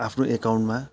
आफ्नो एकाउन्टमा